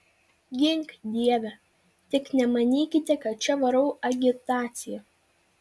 gink dieve tik nemanykite kad čia varau agitaciją